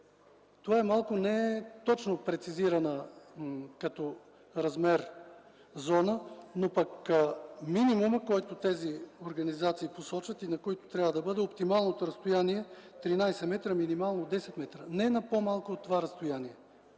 Това е малко неточно прецизирана като размер зона, но пък минимума, който тези организации посочват и на който трябва да бъде оптималното разстояние, е 13 м, а минимално – 10 м. Не на по-малко от това разстояние